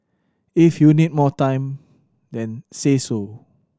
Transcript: if you need more time then say so